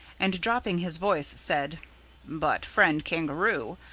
and, dropping his voice, said but, friend kangaroo,